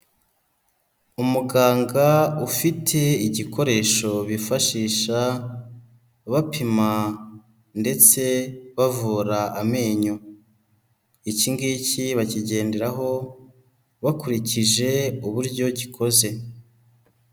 Umuganga ufite igikoresho bifashisha bapima ndetse bavura amenyo, iki ngiki bakigenderaho bakurikije uburyo gikoze.